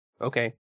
okay